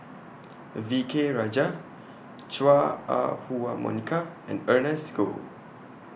V K Rajah Chua Ah Huwa Monica and Ernest Goh